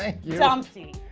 ah dumpty,